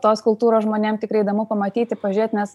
tos kultūros žmonėm tikrai įdomu pamatyti pažiūrėt nes